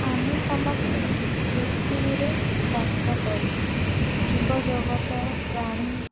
ଆମେ ସମସ୍ତେ ପୃଥିବୀରେ ବାସ କରୁ ଜୀବଜଗତ ପ୍ରାଣୀ